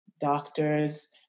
doctors